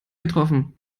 getroffen